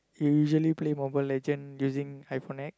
you usually play Mobile-Legend using iPhone X